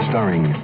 Starring